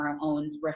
owns